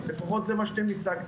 לפחות זה מה שאתם הצגתם.